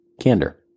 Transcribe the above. Candor